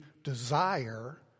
Desire